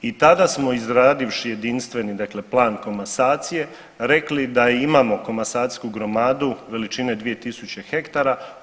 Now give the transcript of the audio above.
I tada smo izradivši jedinstveni dakle plan komasacije rekli da imamo komasacijsku gromadu veličine 2.000 hektara.